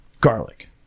garlic